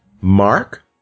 Mark